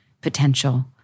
potential